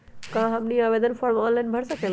क्या हमनी आवेदन फॉर्म ऑनलाइन भर सकेला?